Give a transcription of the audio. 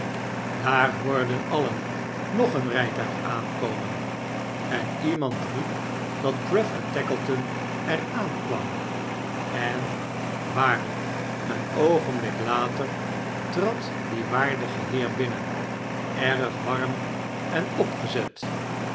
daar hoorden alien nog een rijtuig aankomen en iemand riep dat gruff en tackleton er aankwam en waarlijk een oogenblik later trad die waardige heer binnen erg warm en opgezet